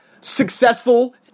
successful